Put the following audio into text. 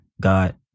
God